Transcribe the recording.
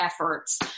efforts